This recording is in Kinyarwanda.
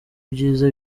byiza